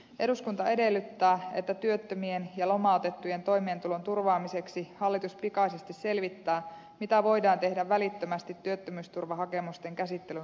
eduskunta edellyttää että työttömien ja lomautettujen toimeentulon turvaamiseksi hallitus pikaisesti selvittää mitä voidaan tehdä välittömästi työttömyysturvahakemusten käsittelyn nopeuttamiseksi